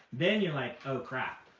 then you're like, oh, crap!